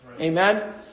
Amen